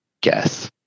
Guess